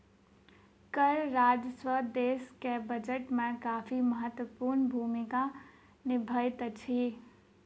कर राजस्व देश के बजट में काफी महत्वपूर्ण भूमिका निभबैत अछि